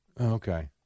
Okay